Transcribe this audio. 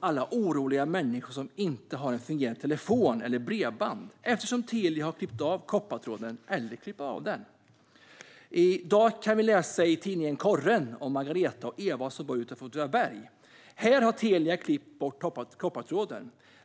alla oroliga människor som inte har en fungerade telefon eller ett fungerande bredband ha undgått landsbygdsministern? Telia har klippt av koppartråden eller avser att klippa av den. I dag kan vi i tidningen Corren läsa om Margareta och Eva som bor utanför Åtvidaberg. Där har Telia klippt av koppartråden.